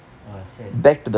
!wah! sad